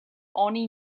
oni